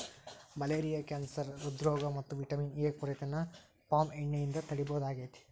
malaria cancer ಹ್ರೃದ್ರೋಗ ಮತ್ತ vitamin A ಕೊರತೆನ ಪಾಮ್ ಎಣ್ಣೆಯಿಂದ ತಡೇಬಹುದಾಗೇತಿ